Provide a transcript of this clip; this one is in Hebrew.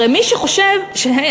הרי מי שחושב: היי,